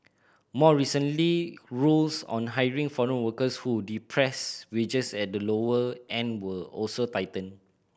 more recently rules on hiring foreign workers who depress wages at the lower end were also tightened